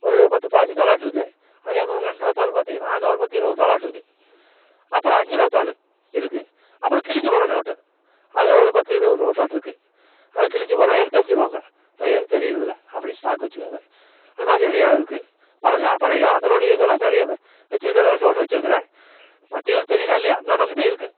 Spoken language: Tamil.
ஒரு பத்து பயஞ்சு தாளாட்டம் இருக்கு அதேமாதிரி ரெண்டு ரூபா தாள் பார்த்திங்கன்னா அது ஒரு பத்து இருபது தாளாட்டம் இருக்கு அப்புறம் அஞ்சு ரூபா தாள் இருக்கு அப்புறம் கிழிஞ்சு போன நோட்டு அது ஒரு பத்து இருபது நோட்டாட்டம் இருக்கு ஆனால் கிழிஞ்சு போனால் எடுத்தெரிஞ்சிடுவாங்க நான் எடுத்து எறியிறதில்லை அப்படியே ஸ்டாக் வச்சுக்கிறது அதுமாதிரி நிறையா இருக்கு பழங்கால பழைய காலத்தினுடைய இதெல்லாம் நிறைய வெச்சிருக்குறேன் ஒன்று ஒன்று வெச்சிருக்குறேன் மத்தவங்களுக்கு தெரியுதோ இல்லையோ நம்ம கிட்டே இருக்கு